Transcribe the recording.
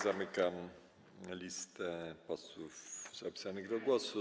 Zamykam listę posłów zapisanych do głosu.